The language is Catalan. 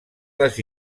les